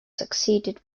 succeeded